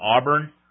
Auburn